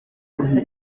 gusa